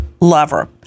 lover